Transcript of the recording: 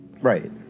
Right